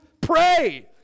Pray